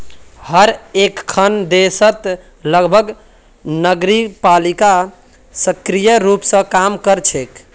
हर एकखन देशत लगभग नगरपालिका सक्रिय रूप स काम कर छेक